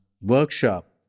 workshop